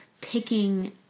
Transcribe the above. picking